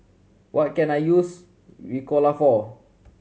what can I use Ricola for